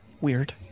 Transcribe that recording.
Weird